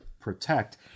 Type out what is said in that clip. protect